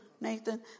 Nathan